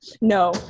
No